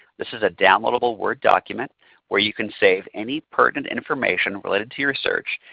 this is a downloadable word document where you can save any pertinent information related to your search.